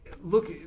Look